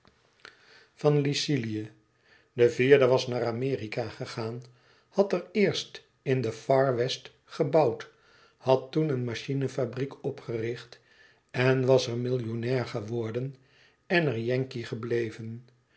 van lycilië de vierde was naar amerika gegaan had er eerst in de far west gebouwd had toen een machinefabriek opgericht en was er millionair geworden en er yankee gebleven